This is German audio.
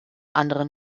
anderen